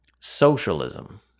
socialism